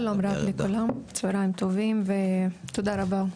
שלום לכולם, צהריים טובים ותודה רבה,